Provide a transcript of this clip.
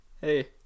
hey